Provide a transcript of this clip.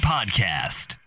Podcast